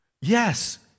Yes